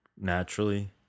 naturally